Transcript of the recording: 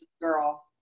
girl